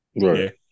Right